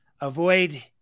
Avoid